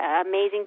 amazing